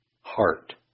heart